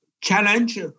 challenge